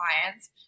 clients